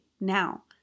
now